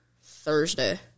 Thursday